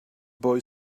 boy